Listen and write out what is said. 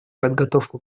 подготовку